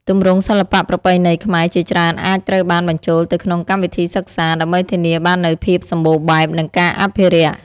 ទម្រង់សិល្បៈប្រពៃណីខ្មែរជាច្រើនអាចត្រូវបានបញ្ចូលទៅក្នុងកម្មវិធីសិក្សា ដើម្បីធានាបាននូវភាពសម្បូរបែប និងការអភិរក្ស។